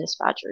dispatchers